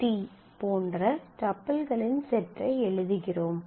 P போன்ற டப்பிள்களின் set ஐ எழுதுகிறோம்